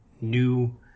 new